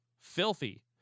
filthy